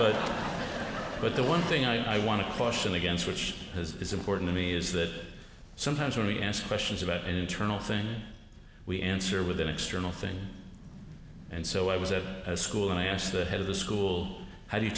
but but the one thing i want to caution against which has is important to me is that sometimes when we ask questions about internal things we answer with an external thing and so i was at school and i asked the head of the school how do you